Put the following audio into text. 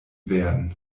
werden